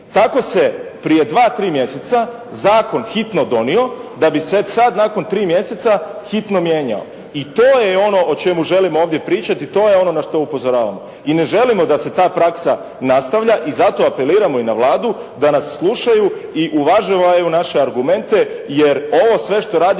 Tako se prije dva, tri mjeseca zakon hitno donio da bi se sad nakon tri mjeseca hitno mijenjao i to je ono o čemu želim ovdje pričati, to je ono na što upozoravam. I ne želimo da se ta praksa nastavlja i zato apeliramo i na Vladu da nas slušaju i uvažavaju naše argumente jer ovo sve što radimo